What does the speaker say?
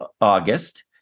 August